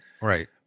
Right